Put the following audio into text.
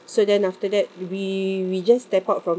so then after that we we just step out from